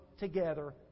together